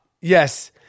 Yes